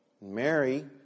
Mary